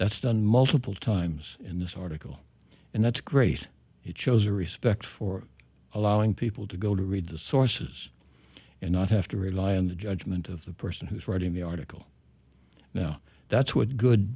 that's done multiple times in this article and that's great it shows a respect for allowing people to go to read the sources and not have to rely on the judgment of the person who's writing the article now that's what good